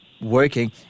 working